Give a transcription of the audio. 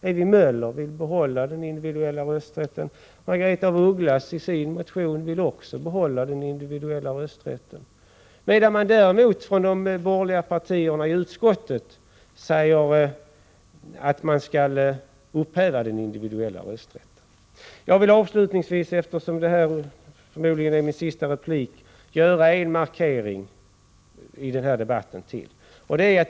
Ewy Möller vill också behålla den individuella rösträtten, likaså Margaretha af Ugglas. Däremot säger de borgerliga partiernas företrädare i justitieutskottet att man skall upphäva den individuella rösträtten. Jag vill avslutningsvis, eftersom det här förmodligen är min sista replik, göra ytterligare en markering.